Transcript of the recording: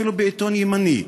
אפילו בעיתון ימני,